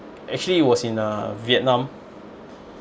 actually it was in uh vietnam